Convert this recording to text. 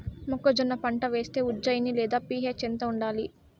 మొక్కజొన్న పంట వేస్తే ఉజ్జయని లేదా పి.హెచ్ ఎంత ఉండాలి?